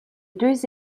deux